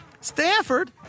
Stanford